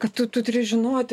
kad tu tu turi žinoti